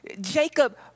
Jacob